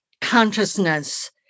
consciousness